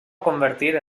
convertir